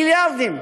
מיליארדים.